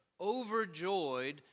overjoyed